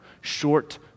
short